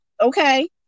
okay